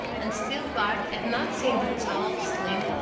and still bart had not seen the tall, slim,